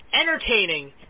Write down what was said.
entertaining